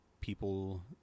people